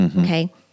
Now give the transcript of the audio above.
okay